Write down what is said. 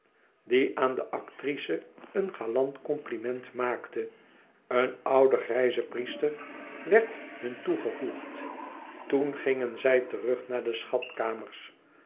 die aan de actrice een galant compliment maakte een oude grijze priester werd hun toegevoegd toen gingen zij terug naar de schatkamers